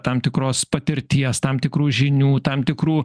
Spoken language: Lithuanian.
tam tikros patirties tam tikrų žinių tam tikrų